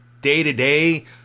day-to-day